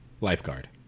Lifeguard